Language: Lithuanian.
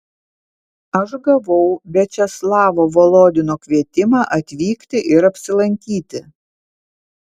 aš gavau viačeslavo volodino kvietimą atvykti ir apsilankyti